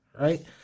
right